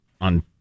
on